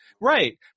Right